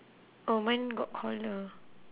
oh mine got collar